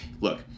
look